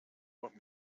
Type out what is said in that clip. what